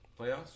playoffs